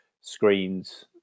screens